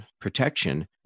protection